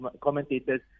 commentators